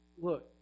look